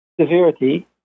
severity